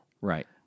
Right